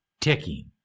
ticking